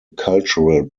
cultural